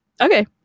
Okay